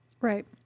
Right